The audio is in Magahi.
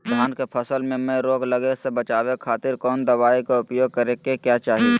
धान के फसल मैं रोग लगे से बचावे खातिर कौन दवाई के उपयोग करें क्या चाहि?